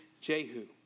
Jehu